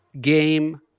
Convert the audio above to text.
game